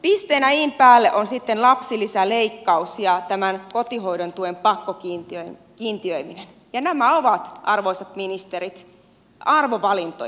pisteenä in päälle on sitten lapsilisäleikkaus ja tämän kotihoidon tuen pakkokiintiöiminen ja nämä ovat arvoisat ministerit arvovalintoja